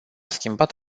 schimbat